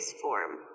form